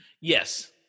yes